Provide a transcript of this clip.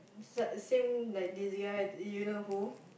sa~ same like this guy you know who